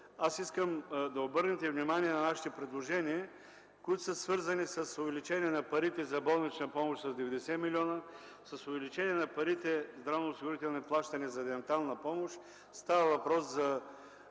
Искам да обърнете внимание на нашите предложения, които са свързани с увеличение на парите за болнична помощ с 90 милиона; с увеличение на парите за зравнооисигурителни плащания; за дентална помощ (става въпрос за